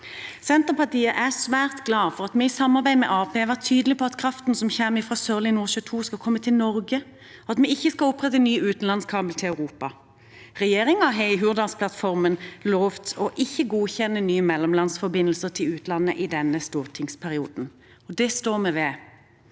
Senterpartiet er svært glad for at vi i samarbeid med Arbeiderpartiet har vært tydelige på at kraften som kommer fra Sørlige Nordsjø II, skal komme til Norge – at vi ikke skal opprette en ny utenlandskabel til Europa. Regjeringen har i Hurdalsplattformen lovet å ikke godkjenne nye mellomlandsforbindelser til utlandet i denne stortingsperioden. Det står vi ved.